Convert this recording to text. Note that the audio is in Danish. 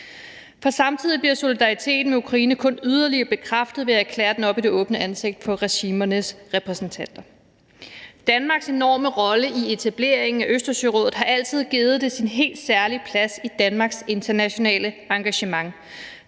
for. Samtidig bliver solidariteten med Ukraine kun yderligere bekræftet ved at erklære den op i det åbne ansigt på regimernes repræsentanter. Danmarks enorme rolle i etableringen af Østersørådet har altid givet det sin helt særlige plads med hensyn til Danmarks internationale engagement,